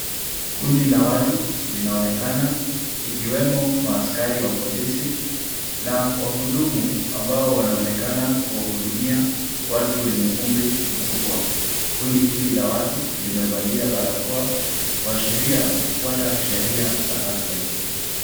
Kundi la watu linaonekana, ikiwemo maaskari wa polisi, na wahudumu ambao wanaonekana kuwahudumia watu wenye umri mkubwa. Kundi hili la watu limevalia barakoa, kuwashiria kufuata sheria za afya.